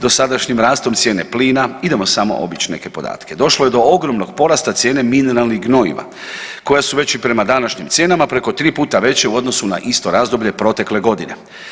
Dosadašnjim rastom cijene plina, idemo samo obić neke podatke, došlo je do ogromnog porasta cijene mineralnih gnojiva koja su već i prema današnjim cijenama preko 3 puta veće u odnosu na isto razdoblje protekle godine.